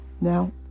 Now